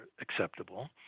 acceptable